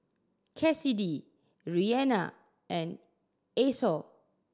Kassidy Reanna and Esau